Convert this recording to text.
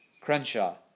Crenshaw